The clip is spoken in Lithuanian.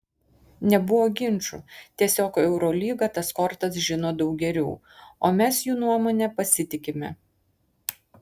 nebuvo ginčų tiesiog eurolyga tas kortas žino daug geriau o mes jų nuomone pasitikime